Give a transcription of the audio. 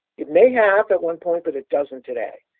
it may have at one point, but it doesn't today.